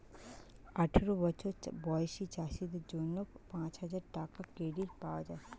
আঠারো বছর বয়সী চাষীদের জন্য পাঁচহাজার টাকার ক্রেডিট পাওয়া যায়